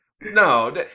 No